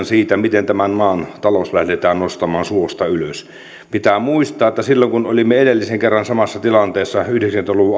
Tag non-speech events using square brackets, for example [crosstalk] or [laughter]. [unintelligible] siitä miten tämän maan taloutta lähdetään nostamaan suosta ylös pitää muistaa että silloinhan kun olimme edellisen kerran samassa tilanteessa